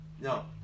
no